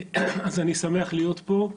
אז אני שמח להיות פה,